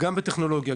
גם בטכנולוגיה,